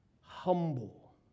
humble